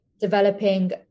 developing